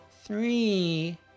Three